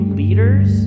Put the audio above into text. leaders